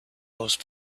those